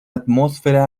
atmósfera